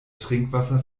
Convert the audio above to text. trinkwasser